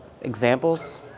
Examples